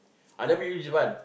I never use this one